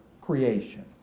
creation